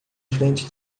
frente